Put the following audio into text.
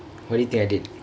what do you think I did